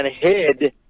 hid